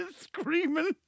screaming